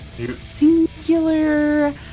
singular